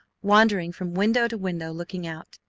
wandering from window to window looking out.